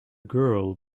girl